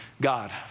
God